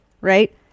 right